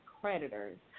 creditors